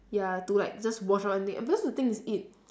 ya to like just wash one thing because the thing is it